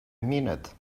minute